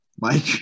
Mike